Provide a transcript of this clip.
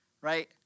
right